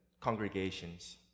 congregations